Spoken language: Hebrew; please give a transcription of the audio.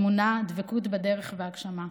האמונה הדבקות בדרך וההגשמה.